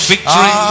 Victory